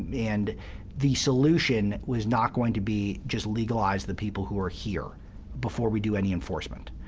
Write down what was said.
and the solution was not going to be just legalize the people who are here before we do any enforcement.